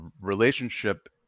relationship